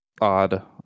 odd